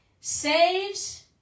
saves